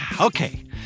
Okay